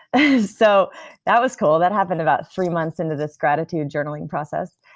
that so that was cool. that happened about three months into this gratitude journaling process.